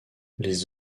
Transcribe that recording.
les